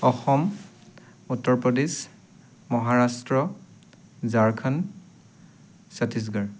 Assam Uttar Pradesh Maharashtra Jharkhand Chhattisgarh